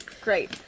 great